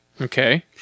Okay